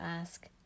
ask